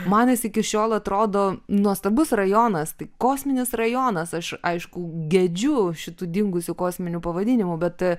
man jis iki šiol atrodo nuostabus rajonas tai kosminis rajonas aš aišku gedžiu šitų dingusių kosminių pavadinimų bet